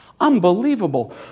unbelievable